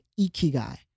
ikigai